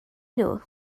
nhw